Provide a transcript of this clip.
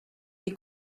les